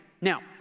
Now